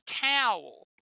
towel